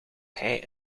hij